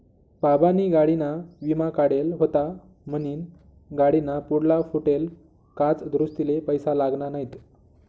बाबानी गाडीना विमा काढेल व्हता म्हनीन गाडीना पुढला फुटेल काच दुरुस्तीले पैसा लागना नैत